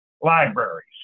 libraries